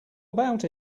about